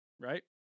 Right